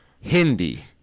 Hindi